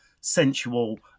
sensual